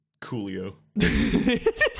Coolio